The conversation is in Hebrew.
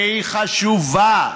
והיא חשובה,